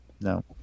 no